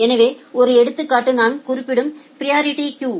எனவே ஒரு எடுத்துக்காட்டு நான் குறிப்பிடும் பிரியரிட்டி கியு